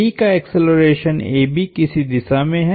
B का एक्सेलरेशनकिसी दिशा में है